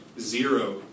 zero